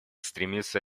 стремится